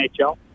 NHL